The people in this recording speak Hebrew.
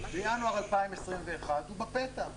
וינואר 2021 הוא בפתח.